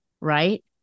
Right